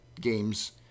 games